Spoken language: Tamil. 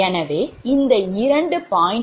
எனவே இந்த இரண்டு 0